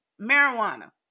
marijuana